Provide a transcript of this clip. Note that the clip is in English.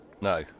No